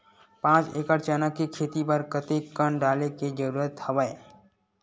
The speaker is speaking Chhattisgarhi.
पांच एकड़ चना के खेती बर कते कन डाले के जरूरत हवय?